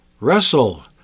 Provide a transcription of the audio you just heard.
wrestle